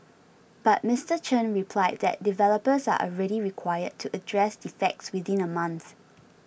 but Mister Chen replied that developers are already required to address defects within a month